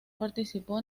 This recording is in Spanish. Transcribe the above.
participó